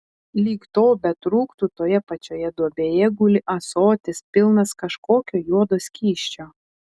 lyg to betrūktų toje pačioje duobėje guli ąsotis pilnas kažkokio juodo skysčio